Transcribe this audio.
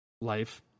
life